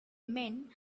men